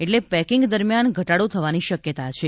એટલે પેકિંગ દરમ્યાન ઘટાડો થવાની શક્યતા છે